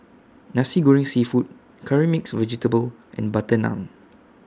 Nasi Goreng Seafood Curry Mixed Vegetable and Butter Naan